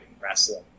wrestling